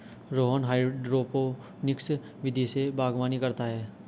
Rohan hydroponics विधि से बागवानी करता है